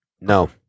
No